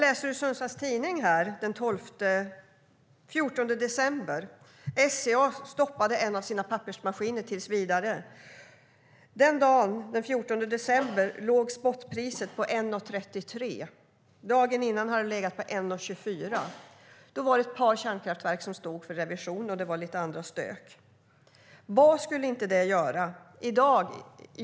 I Sundsvalls Tidning den 14 december 2010 berättade man att SCA stoppar en av sina pappersmaskiner tills vidare. Den dagen låg spotpriset på 1:33. Dagen innan hade det legat på 1:24. Då var det ett par kärnkraftverk som stod stilla för revision, och det var lite annat stök.